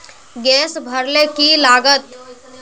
Gas भरले की लागत?